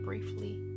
briefly